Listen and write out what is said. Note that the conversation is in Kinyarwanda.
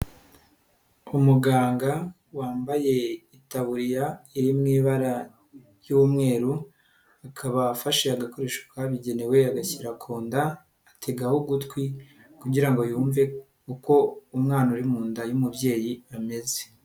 Umuganga wambaye itaburiya iri mu ibara ry'umweru, akaba afashe agakoresho kabigenewe agashyira ku nda, ategaho ugutwi kugira ngo yumve uko umwana uri mu nda y'umubyeyi ameze.